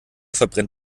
verbrennt